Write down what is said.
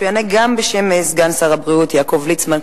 שישיב גם בשם סגן שר הבריאות יעקב ליצמן,